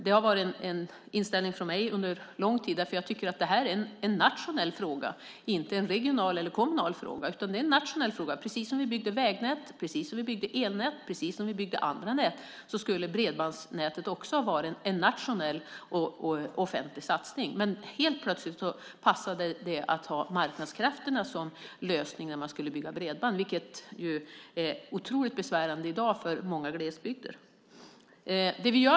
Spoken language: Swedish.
Det har varit min inställning under lång tid, för jag tycker att det är en nationell fråga och inte en regional eller kommunal. Det är en nationell fråga precis som när vi bygger vägnät, elnät och andra nät. På samma sätt borde bredbandsnätet ha varit en nationell och offentlig satsning. Men helt plötsligt passade det att ha marknadskrafterna som lösning när man skulle bygga bredband, vilket är otroligt besvärande i dag för många glesbygder.